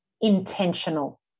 intentional